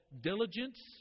diligence